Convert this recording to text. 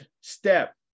step